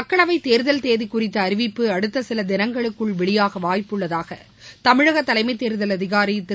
மக்களவை தேர்தல் தேதி குறித்த அறிவிப்பு அடுத்த சில தினங்களுக்குள் வெளியாக வாய்ப்பு உள்ளதாக தமிழக தலைமை தேர்தல் அதிகாரி திரு